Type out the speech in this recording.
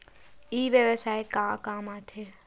ई व्यवसाय का काम आथे?